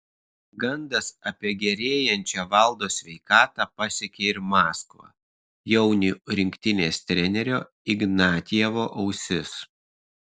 gandas apie gerėjančią valdo sveikatą pasiekė ir maskvą jaunių rinktinės trenerio ignatjevo ausis